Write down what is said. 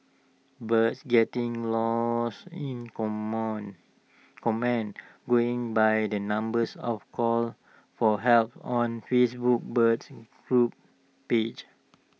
birds getting lost in common going by the numbers of calls for help on Facebook birds group pages